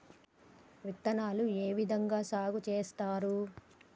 విత్తనాలు ఏ విధంగా సాగు చేస్తారు?